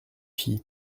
fille